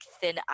thin